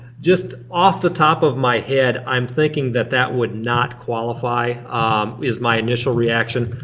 just off the top of my head i'm thinking that that would not qualify is my initial reaction.